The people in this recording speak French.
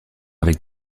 avec